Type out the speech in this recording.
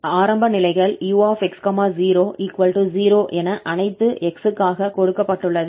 ஆரம்ப நிலைகள் 𝑢𝑥 0 0 என அனைத்து 𝑥 க்காக கொடுக்கப்பட்டுள்ளது